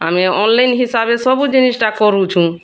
ଆମେ ମେନ୍ ହିସାବେ ସବୁ ଜିନିଷ୍ଟା କରୁଛୁୂ